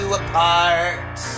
apart